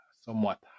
somewhat